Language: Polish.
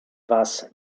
was